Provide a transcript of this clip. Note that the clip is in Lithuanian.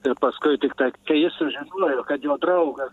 ir paskui tiktai kai jis sužinojo kad jo draugas